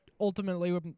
ultimately